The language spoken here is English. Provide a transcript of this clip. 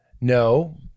No